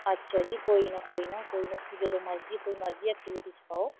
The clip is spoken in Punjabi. ਅੱਛਾ ਜੀ ਕੋਈ ਨਾ ਕੋਈ ਨਾ ਕੋਈ ਨਾ ਤੁਸੀਂ ਜਦੋਂ ਮਰਜ਼ੀ ਕੋਈ ਮਰਜ਼ੀ ਐਕਟੀਵਿਟੀ 'ਚ ਪਾਓ